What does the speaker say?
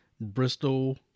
Bristol